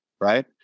right